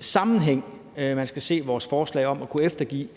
sammenhæng, man skal se vores forslag om at kunne eftergive